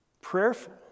Prayerful